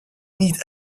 need